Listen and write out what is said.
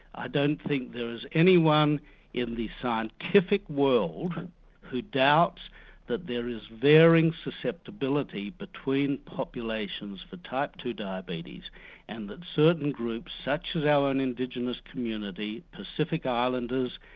i don't think there is anyone in the scientific world who doubts that there is varying susceptibility between populations for type two diabetes and that certain groups such as our own indigenous community, pacific islanders,